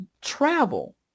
travel